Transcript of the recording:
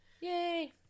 yay